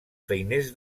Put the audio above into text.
feiners